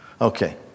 Okay